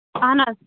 اَہَن حظ